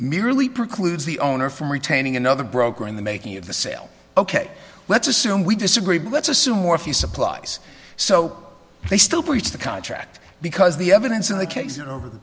merely precludes the owner from retaining another broker in the making of the sale ok let's assume we disagree but let's assume or few supplies so they still breach the contract because the evidence in the case